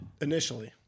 Initially